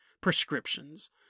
prescriptions